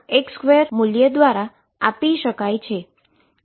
⟨x2⟩ મૂલ્ય દ્વારા આપી શકાય છે